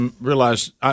realized